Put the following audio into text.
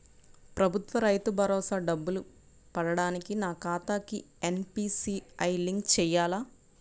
ప్రభుత్వ రైతు భరోసా డబ్బులు పడటానికి నా ఖాతాకి ఎన్.పీ.సి.ఐ లింక్ చేయాలా?